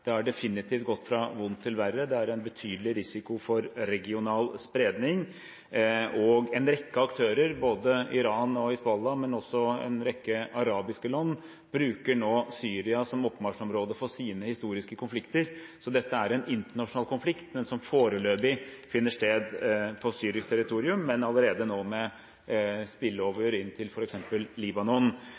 Det har definitivt gått fra vondt til verre, det er en betydelig risiko for regional spredning, og en rekke aktører, ikke bare Iran og Hizbollah, men også en rekke arabiske land, bruker nå Syria som oppmarsjområde for sine historiske konflikter. Så dette er en internasjonal konflikt, som foreløpig finner sted på syrisk territorium, men allerede nå med «spillover» inn til f.eks. Libanon.